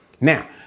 Now